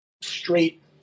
straight –